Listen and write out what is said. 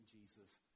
Jesus